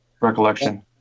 recollection